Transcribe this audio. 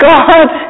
God